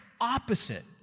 opposite